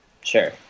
Sure